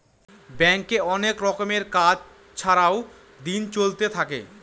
ব্যাঙ্কে অনেক রকমের কাজ ছাড়াও দিন চলতে থাকে